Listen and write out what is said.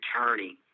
attorney